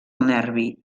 nervi